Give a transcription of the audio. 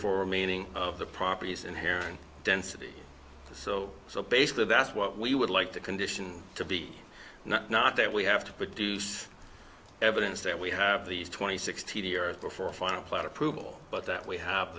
four remaining of the properties inherent density so so basically that's what we would like the condition to be not that we have to produce evidence that we have these twenty sixty earth before final plant approval but that we have